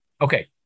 Okay